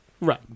right